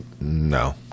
no